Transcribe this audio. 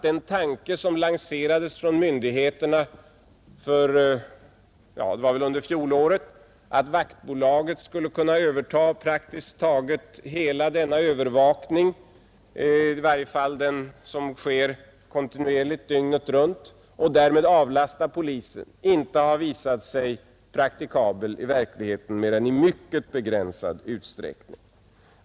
Den tanke som lanserades från myndigheterna under fjolåret, att Vaktbolaget skulle kunna överta denna övervakning, i varje fall den som sker kontinuerligt dygnet runt, och därmed avlasta polisen, har inte visat sig praktikabel i verkligheten mer än i mycket begränsad utsträckning.